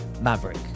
maverick